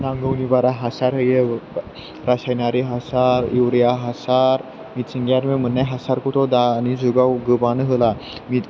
नांगौनि बारा हासार होयो रासायनारि हासार इउरिया हासार मिथिंगानिफ्राय मोननाय हासारखौथ' दानि जुगाव गोबाङानो होला